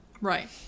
right